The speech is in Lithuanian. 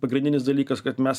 pagrindinis dalykas kad mes